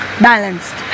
balanced